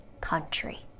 country